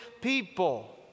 people